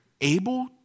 able